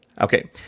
Okay